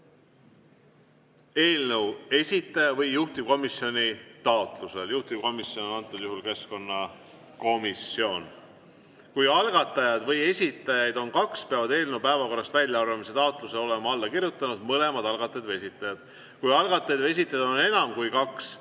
eelnõu algataja on Vabariigi Valitsus. Juhtivkomisjon on antud juhul keskkonnakomisjon. Kui algatajaid või esitajaid on kaks, peavad eelnõu päevakorrast väljaarvamise taotlusele olema alla kirjutanud mõlemad algatajad või esitajad. Kui algatajaid või esitajaid on enam kui kaks,